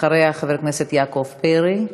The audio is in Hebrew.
אחריה, חבר הכנסת יעקב פרי.